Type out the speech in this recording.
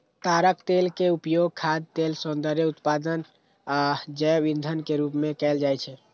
ताड़क तेल के उपयोग खाद्य तेल, सौंदर्य उत्पाद आ जैव ईंधन के रूप मे कैल जाइ छै